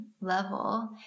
level